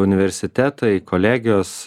universitetai kolegijos